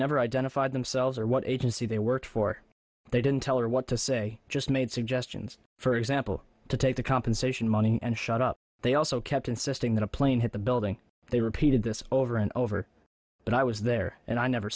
never identified themselves or what agency they worked for they didn't tell her what to say just made suggestions for example to take the compensation money and shut up they also kept insisting that a plane hit the building they repeated this over and over when i was there and i never